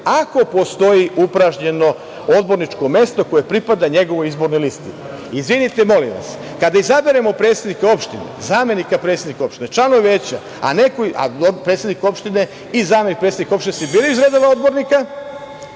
ako postoji upražnjeno odborničko mesto koje pripada njegovoj izbornoj listi“.Izvinite, molim vas, kada izaberemo predsednika opštine, zamenika predsednika opštine, članove veća, a predsednik opštine i zamenik predsednika opštine se biraju iz redova odbornika,